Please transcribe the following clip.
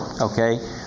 okay